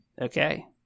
Okay